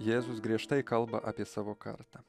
jėzus griežtai kalba apie savo kartą